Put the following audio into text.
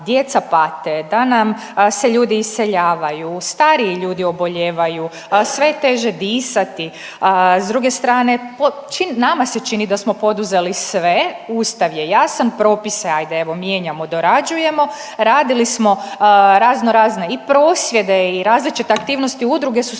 djeca pate, da nam se ljudi iseljavaju, stariji ljudi obolijevaju, sve je teže disati. S druge strane, nama se čini da smo poduzeli sve, Ustav je jasan, propise, ajde, evo, mijenjamo, dorađujemo, radili smo raznorazne i prosvjede i različite aktivnosti, udruge su se